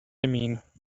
mean